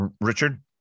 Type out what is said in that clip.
Richard